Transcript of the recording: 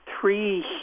three